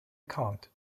can’t